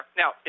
now